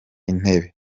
intebe